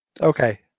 Okay